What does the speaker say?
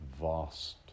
vast